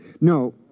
No